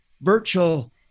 virtual